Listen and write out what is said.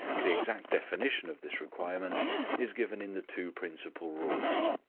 the exact definition of this requirement is given in the two principal rules.